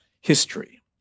history